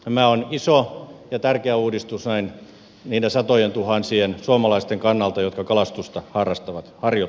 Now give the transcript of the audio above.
tämä on iso ja tärkeä uudistus niiden satojentuhansien suomalaisten kannalta jotka kalastusta harjoittavat